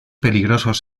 peligrosos